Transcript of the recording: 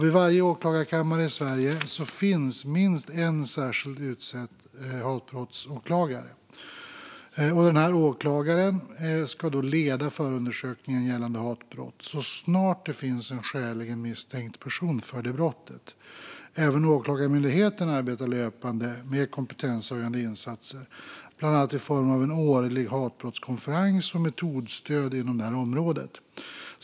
Vid varje åklagarkammare i Sverige finns det minst en särskilt utsedd hatbrottsåklagare. Denna åklagare ska leda förundersökningen gällande hatbrott så snart det finns en skäligen misstänkt person för brotten. Även Åklagarmyndigheten arbetar löpande med kompetenshöjande insatser, bland annat i form av en årlig hatbrottskonferens och metodstöd inom området.